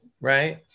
Right